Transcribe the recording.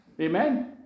Amen